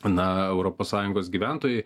na europos sąjungos gyventojai